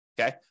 Okay